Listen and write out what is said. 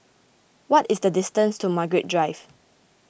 what is the distance to Margaret Drive